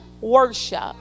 worship